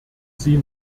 sie